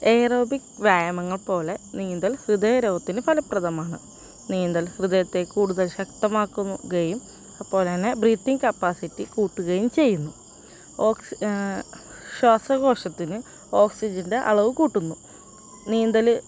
aerobic വ്യായാമങ്ങൾ പോലെ നീന്തൽ ഹൃദയരോഗത്തിന് ഫലപ്രദമാണ് നീന്തൽ ഹൃദയത്തെ കൂടുതൽ ശക്തമാക്കുന്നു ഗയും അപ്പോഴാണ് ബ്രീത്തിങ് കപ്പാസിറ്റി കൂട്ടുകയും ചെയ്യുന്നു ഓക്സി ശ്വാസകോശത്തിന് ഓക്സിജൻ്റെ അളവു കൂട്ടുന്നു നീന്തൽ